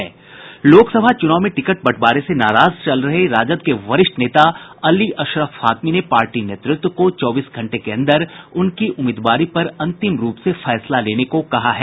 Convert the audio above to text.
लोकसभा चुनाव में टिकट बंटवारे से नाराज चल रहे राजद के वरिष्ठ नेता अली अशरफ फातमी ने पार्टी नेतृत्व को चौबीस घंटे के अंदर उनकी उम्मीदवारी पर अंतिम रूप से फैसला लेने को कहा है